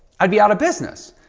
i'd be out of business.